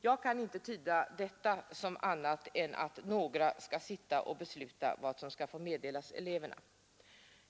Jag kan inte tyda detta som annat än att några skall sitta och besluta vad som skall få meddelas eleverna.